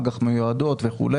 אג"ח מיועדות וכו'.